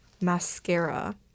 mascara